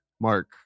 mark